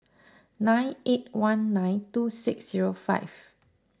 nine eight one nine two six zero five